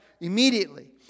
immediately